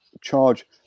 Charge